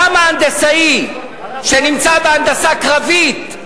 למה הנדסאי שנמצא בהנדסה קרבית,